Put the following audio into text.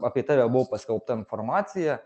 apie tave buvo paskelbta informacija